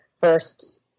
first